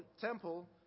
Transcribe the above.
temple